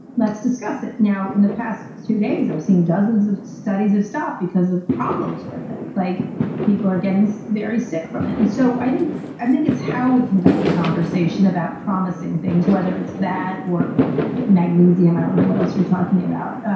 let's discuss it now, in the past two days, i've seen dozens of studies have stopped because of problems with it. like people are getting very sick from it. and so i think i think it's how we conduct the conversation about promising things whether it's that or magnesium, i don't know what else you're talking about. ah